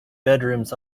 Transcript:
bedrooms